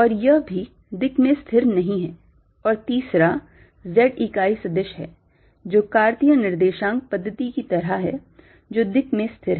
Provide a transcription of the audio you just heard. और यह भी दिक् में स्थिर नहीं है और तीसरा Z इकाई सदिश है जो कार्तीय निर्देशांक पद्धति की तरह है जो दिक् में स्थिर है